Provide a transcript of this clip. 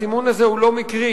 הסימון הזה הוא לא מקרי,